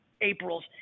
April's